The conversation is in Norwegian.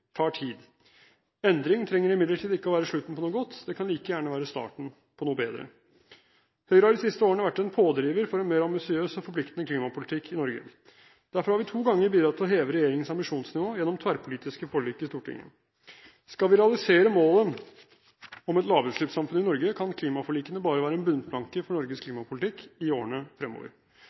tar tid. Endring trenger imidlertid ikke å være slutten på noe godt. Det kan like gjerne vært starten på noe bedre. Høyre har de siste årene vært en pådriver for en mer ambisiøs og forpliktende klimapolitikk i Norge. Derfor har vi to ganger bidratt til å heve regjeringens ambisjonsnivå gjennom tverrpolitiske forlik i Stortinget. Skal vi realisere målet om et lavutslippssamfunn i Norge, kan klimaforlikene bare være en bunnplanke for Norges klimapolitikk i årene fremover.